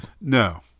no